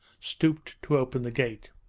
stooped to open the gate.